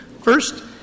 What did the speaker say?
First